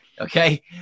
Okay